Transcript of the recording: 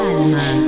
Alma